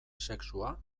sexua